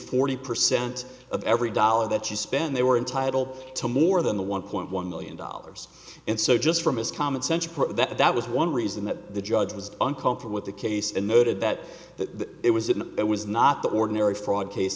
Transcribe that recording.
forty percent of every dollar that you spend they were entitled to more than the one point one million dollars and so just from his common sense that that was one reason that the judge was uncalled for with the case and noted that that it was an it was not the ordinary fraud case